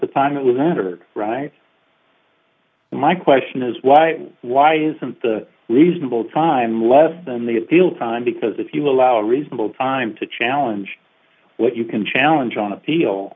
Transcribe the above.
the time it was a matter right and my question is why why isn't the reasonable time less than the appeal time because if you allow a reasonable time to challenge what you can challenge on appeal